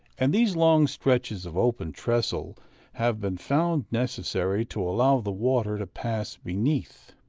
and these long stretches of open trestle have been found necessary to allow the water to pass beneath.